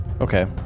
Okay